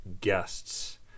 guests